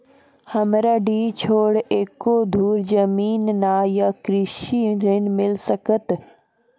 हमरा डीह छोर एको धुर जमीन न या कृषि ऋण मिल सकत?